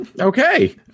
Okay